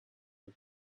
you